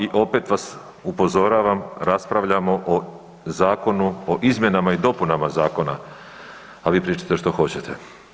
I opet vas upozoravam raspravljamo o Zakonu o izmjenama i dopunama zakona a vi pričajte što hoćete.